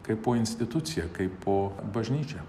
kaipo institucija kaipo bažnyčia